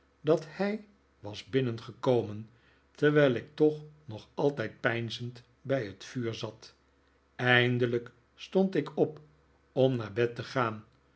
dat hij was binnengekomen terwijl ik toch nog altijd peinzend bij het vuur zat eindelijk stond ik op om naar bed te gaan